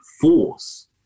force